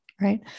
right